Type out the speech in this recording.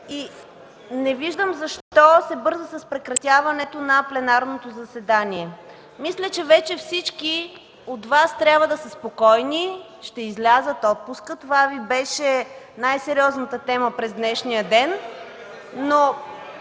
и не виждам защо се бърза с прекратяването на пленарното заседание. Мисля, че вече всички от Вас трябва да са спокойни – ще излязат отпуска. Това Ви беше най-сериозната тема през днешния ден.